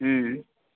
हुँ हुँ